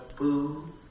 boo